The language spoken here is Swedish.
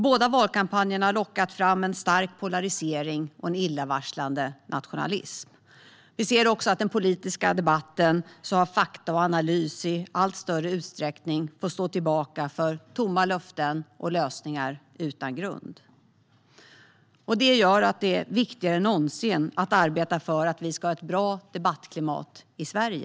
Båda valkampanjerna har lockat fram en stark polarisering och en illavarslande nationalism. Vi ser också att i den politiska debatten har fakta och analys i allt större utsträckning fått stå tillbaka för tomma löften och lösningar utan grund. Det gör att det är viktigare än någonsin att arbeta för att vi ska ha ett bra debattklimat i Sverige.